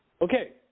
Okay